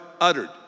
uttered